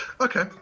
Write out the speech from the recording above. okay